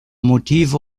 motive